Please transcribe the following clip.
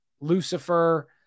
Lucifer